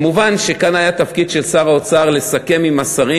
מובן שכאן היה התפקיד של שר האוצר לסכם עם השרים,